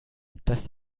dass